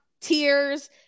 tears